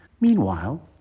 Meanwhile